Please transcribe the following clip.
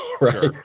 right